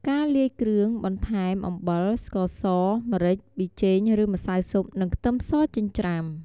ការលាយគ្រឿង បន្ថែមអំបិល ស្ករស ម្រេច ប៊ីចេង ឬម្សៅស៊ុប និងខ្ទឹមសចិញ្ច្រាំ។